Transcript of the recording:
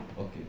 Okay